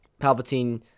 Palpatine